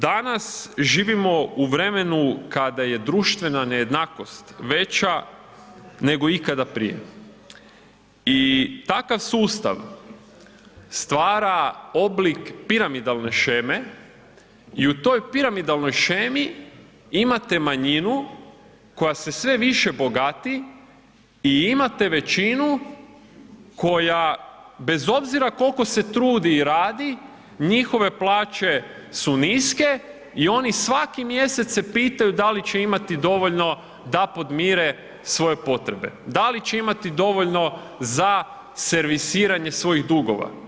Danas živimo u vremenu kada je društvena nejednakost veća nego ikada prije i takav sustav stvara oblik piramidalne sheme i u toj piramidalnoj shemi imate manjinu koja se sve više bogati i imate većinu koja bez obzira koliko se trudi i radi, njihove plaće su niske i oni svaki mjesec se pitaju da li će imati dovoljno da podmire svoje potrebe, da li će imati dovoljno sa servisiranje svojih dugova.